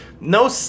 no